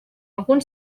algun